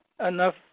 enough